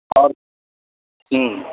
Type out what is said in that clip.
اور ہوں